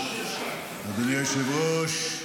אדוני היושב-ראש,